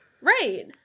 Right